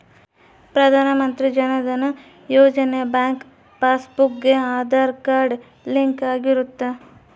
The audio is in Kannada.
ಪ್ರಧಾನ Mantri Jan Dhan Yojana bank passbook ಗೆ ಆದಾರ್ ಕಾರ್ಡ್ ಲಿಂಕ್ ಆಗಿರುತ್ತ